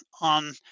on